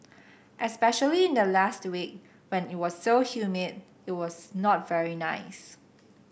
especially in the last week when it was so humid it was not very nice